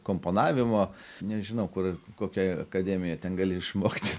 komponavimo nežinau kur kokioj akademijoj ten gali išmokt